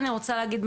אני רוצה להגיד,